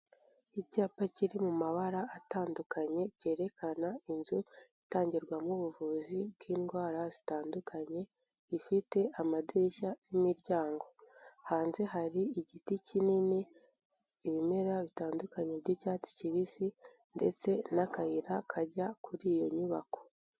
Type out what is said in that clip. Icyapa kiri mu mabara atandukanye cyerekana inzu itangirwamo ubuvuzi bw'indwara zitandukanye, ifite amadirishya n'imiryango. Hanze hari igiti kinini, ibimera bitandukanye by'icyatsi kibisi, ndetse n'akayira kajya kuri iyo nyubako.